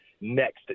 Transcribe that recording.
next